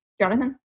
Jonathan